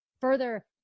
further